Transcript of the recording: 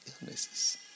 illnesses